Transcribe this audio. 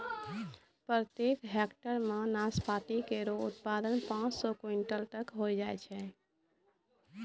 प्रत्येक हेक्टेयर म नाशपाती केरो उत्पादन पांच सौ क्विंटल तक होय जाय छै